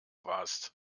warst